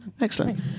excellent